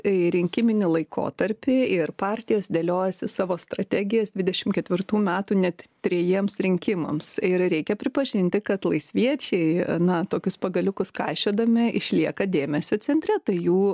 į rinkiminį laikotarpį ir partijos dėliojasi savo strategijas dvidešim ketvirtų metų net trejiems rinkimams ir reikia pripažinti kad laisviečiai na tokius pagaliukus kaišiodami išlieka dėmesio centre tai jų